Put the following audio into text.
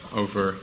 over